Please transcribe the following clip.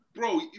Bro